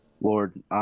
Lord